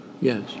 yes